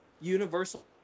Universal